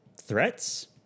threats